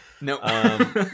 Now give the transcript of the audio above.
No